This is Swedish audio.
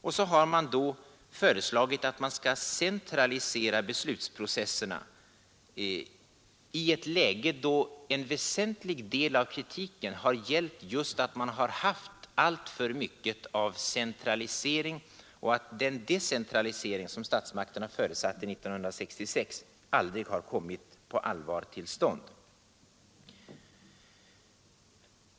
Och så har man då föreslagit att man skall centralisera beslutsprocesserna i ett läge då en väsentlig del av kritiken har gällt just att man har haft alltför mycket av centralisering och att den decentralisering som statsmakterna förutsatte 1966 aldrig på allvar har kommit till stånd.